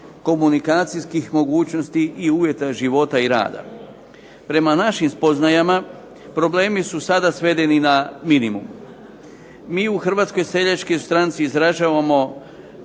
komunikacijskih mogućnosti i uvjeta života i rada. Prema našim spoznajama problemi su sada svedeni na minimum. Mi u Hrvatskoj seljačkoj stranci izražavamo